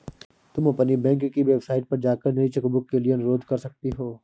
तुम अपनी बैंक की वेबसाइट पर जाकर नई चेकबुक के लिए अनुरोध कर सकती हो